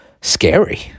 scary